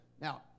Now